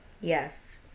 Yes